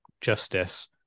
justice